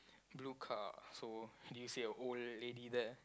blue car so do you see a old lady there